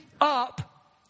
up